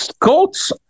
Colts